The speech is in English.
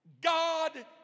God